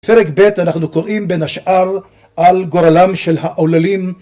בפרק ב', אנחנו קוראים בין השאר על גורלם של העוללים.